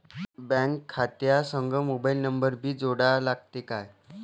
Bank खात्या संग mobile number भी जोडा लागते काय?